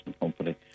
company